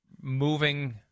moving